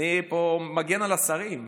אני פה מגן על השרים: